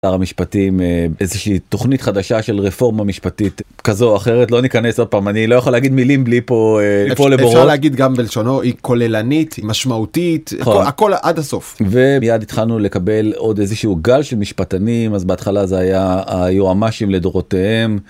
שר המשפטים באיזשהי תוכנית חדשה של רפורמה משפטית כזו או אחרת, לא ניכנס, עוד פעם, אני לא יכול להגיד מילים בלי פה... אה... ליפול לבורות... אפשר להגיד גם בלשונו, היא כוללנית, היא משמעותית, הכל הכל, עד הסוף. ו.. מיד התחלנו לקבל עוד איזשהו גל של משפטנים, אז בהתחלה זה היה היועמ"שים לדורותיהם.